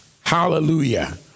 Hallelujah